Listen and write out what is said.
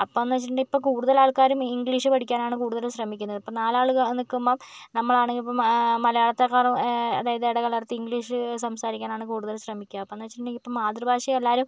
അപ്പോഴെന്ന് വെച്ചിട്ടുണ്ടെങ്കിൽ ഇപ്പോൾ കൂടുതൽ ആൾക്കാരും ഇംഗ്ലീഷ് പഠിക്കാനാണ് കൂടുതലും ശ്രമിക്കുന്നത് ഇപ്പോൾ നാലാൾ കാ നിൽക്കുമ്പം നമ്മളാണെങ്കിൽ ഇപ്പം മലയാളത്തെക്കാളും അതായത് ഇടകലർത്തി ഇംഗ്ലീഷ് സംസാരിക്കാനാണ് കൂടുതൽ ശ്രമിക്കുക അപ്പോഴെന്ന് വെച്ചിട്ടുണ്ടെങ്കിൽ ഇപ്പോൾ മാതൃഭാഷ എല്ലാവരും